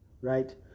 Right